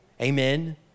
Amen